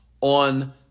on